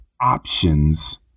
options